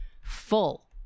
full